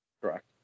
Correct